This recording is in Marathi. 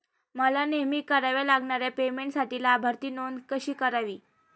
मला नेहमी कराव्या लागणाऱ्या पेमेंटसाठी लाभार्थी नोंद कशी करावी?